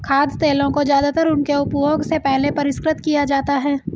खाद्य तेलों को ज्यादातर उनके उपभोग से पहले परिष्कृत किया जाता है